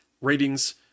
ratings